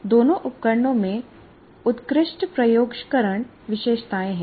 दोनों उपकरणों में उत्कृष्ट प्रत्योक्षकरण विशेषताएँ हैं